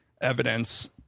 evidence –